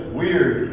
weird